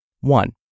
One